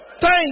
Thank